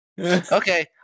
Okay